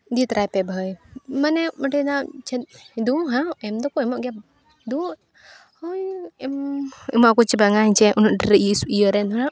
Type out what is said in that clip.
ᱤᱫᱤ ᱛᱚᱨᱟᱭᱯᱮ ᱵᱷᱟᱹᱭ ᱢᱟᱱᱮ ᱢᱤᱫᱴᱮᱱ ᱪᱮᱫ ᱫᱚ ᱦᱟᱜ ᱮᱢ ᱫᱚᱠᱚ ᱮᱢᱚᱜ ᱜᱮᱭᱟ ᱫᱩ ᱳᱭ ᱮᱢ ᱮᱢᱚᱜᱼᱟᱠᱚ ᱥᱮ ᱵᱟᱝ ᱦᱮᱥᱮ ᱩᱱᱟᱹᱜ ᱰᱷᱮᱨ ᱤᱥ ᱤᱭᱟᱹᱨᱮᱱ ᱦᱸᱜ